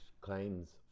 claims